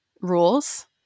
rules